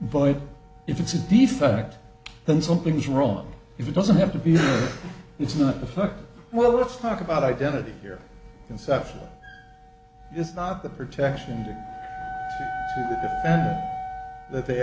but if it's a defect then something is wrong if it doesn't have to be it's not the fuck well let's talk about identity here and stuff it's not the protection that they